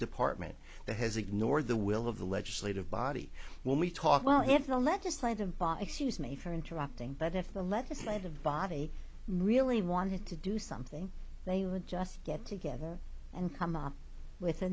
department that has ignored the will of the legislative body when we talk well if the legislative body excuse me for interrupting but if the legislative body really wanted to do something they would just get together and come up with a